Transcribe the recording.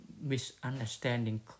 misunderstanding